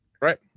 Right